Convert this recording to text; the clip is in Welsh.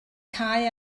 cau